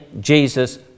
Jesus